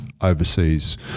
overseas